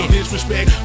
Disrespect